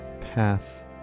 path